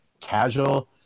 casual